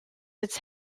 its